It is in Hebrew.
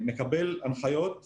מקבל הנחיות מסודרות.